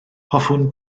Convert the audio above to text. hoffwn